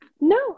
No